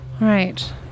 Right